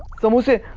samosa.